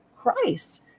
Christ